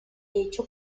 hecho